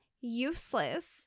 useless